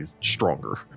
stronger